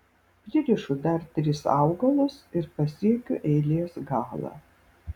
pririšu dar tris augalus ir pasiekiu eilės galą